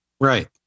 Right